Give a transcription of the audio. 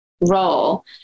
role